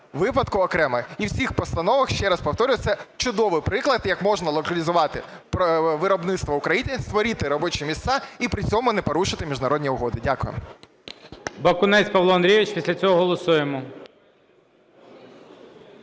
випадку окремо. І в цих постановах, ще раз повторюю, це чудовий приклад, як можна локалізувати виробництво України, створити робочі місця і при цьому не порушити міжнародні угоди. Дякую. ГОЛОВУЮЧИЙ. Бакунець Павло Андрійович. Після цього голосуємо.